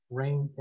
rain